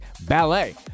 ballet